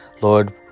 Lord